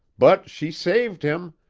but she saved him!